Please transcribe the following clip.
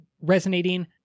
resonating